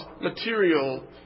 material